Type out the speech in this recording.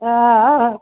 हा